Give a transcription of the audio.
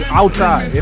outside